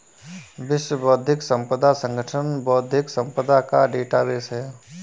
विश्व बौद्धिक संपदा संगठन बौद्धिक संपदा का डेटाबेस है